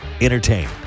Entertain